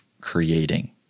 creating